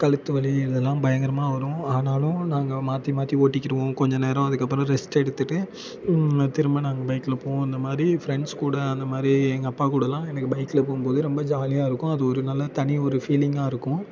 கழுத்து வலி இதெல்லாம் பயங்கரமாக வரும் ஆனாலும் நாங்கள் மாற்றி மாற்றி ஓட்டிக்கிருவோம் கொஞ்சம் நேரம் அதுக்கப்புறம் ரெஸ்ட் எடுத்துட்டு திரும்ப நாங்கள் பைக்கில் போவோம் இந்தமாதிரி ஃப்ரெண்ட்ஸ் கூட அந்தமாதிரி எங்கள் அப்பா கூடலாம் எனக்கு பைக்கில் போகும்போது ரொம்ப ஜாலியாக இருக்கும் அது ஒரு நல்லா தனி ஒரு ஃபீலிங்காக இருக்கும்